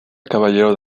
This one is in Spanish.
caballero